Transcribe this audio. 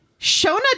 Shona